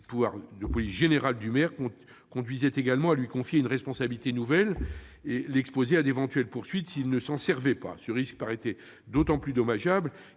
du pouvoir de police générale du maire conduisait également à lui confier une responsabilité nouvelle, et à l'exposer ainsi à d'éventuelles poursuites s'il ne s'en servait pas. Ce risque paraissait d'autant plus dommageable